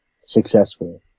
Successfully